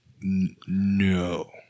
no